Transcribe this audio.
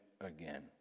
again